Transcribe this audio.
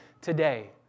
today